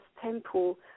Temple